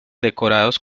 decorados